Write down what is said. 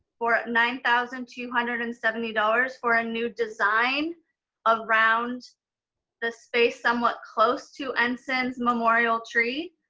for nine thousand two hundred and seventy dollars for a new design around the space, somewhat close to ensign's memorial tree.